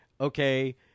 okay